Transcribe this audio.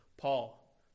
Paul